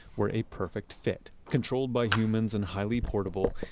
were a perfect fit. controlled by humans and highly portable,